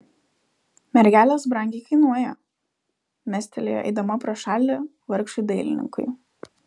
mergelės brangiai kainuoja mestelėjo eidama pro šalį vargšui dailininkui